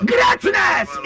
Greatness